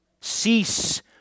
Cease